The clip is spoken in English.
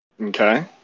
Okay